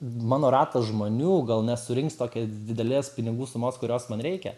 mano ratas žmonių gal nesurinks tokio didelės pinigų sumos kurios man reikia